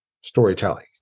storytelling